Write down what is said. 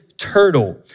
turtle